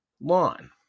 lawn